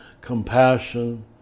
compassion